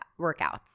workouts